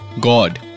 God